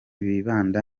bibanda